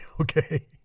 okay